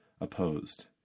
opposed